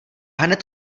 hned